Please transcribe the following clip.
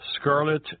scarlet